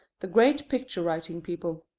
the great picture-writing people.